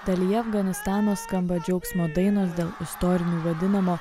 dalyje afganistano skamba džiaugsmo dainos dėl istoriniu vadinamo